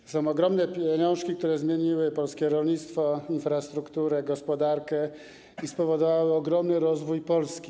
To są ogromne pieniążki, które zmieniły polskie rolnictwo, infrastrukturę, gospodarkę i spowodowały ogromny rozwój Polski.